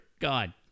God